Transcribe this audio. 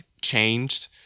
changed